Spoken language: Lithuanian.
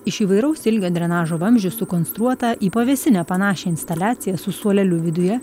iš įvairaus ilgio drenažo vamzdžių sukonstruota į pavėsinę panašią instaliacija su suoleliu viduje